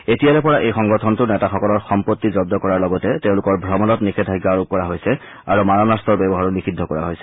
এতিয়াৰে পৰা এই সংগঠনটোৰ নেতাসকলৰ সম্পত্তি জব্দ কৰাৰ লগতে তেওঁলোকৰ ভ্ৰমণত নিষেধাজ্ঞা আৰোপ কৰা হৈছে আৰু মাৰণাস্ত্ৰৰ ব্যৱহাৰো নিষিদ্ধ কৰা হৈছে